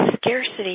scarcity